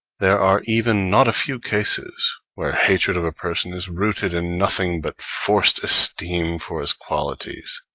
there are even not a few cases where hatred of a person is rooted in nothing but forced esteem for his qualities.